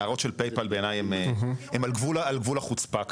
ההערות של "פייפאל", הן בעיני על גבול החוצפה כאן.